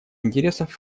интересов